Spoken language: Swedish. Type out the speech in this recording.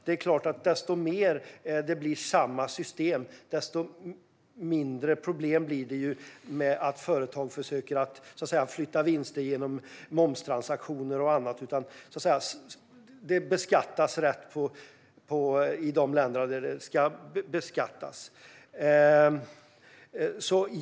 Ju mer det blir samma system, desto mindre problem blir det med att företag försöker flytta vinster genom momstransaktioner och annat. Det beskattas då rätt i de länder där det ska beskattas.